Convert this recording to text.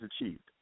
achieved